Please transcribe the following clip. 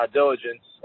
diligence